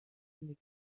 زندگی